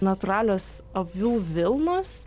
natūralios avių vilnos